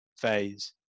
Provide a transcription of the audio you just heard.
phase